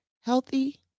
healthy